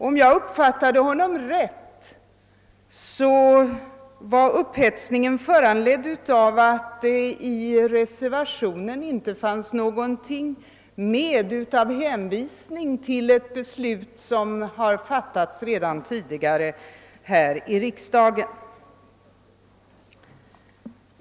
Om jag uppfattade honom rätt var upphetsningen föranledd av att det i reservationen inte fanns någon hänvisning till ett beslut som har fattats tidigare av riksdagen.